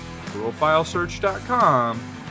profilesearch.com